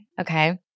Okay